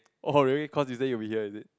oh really cause you said you be here is it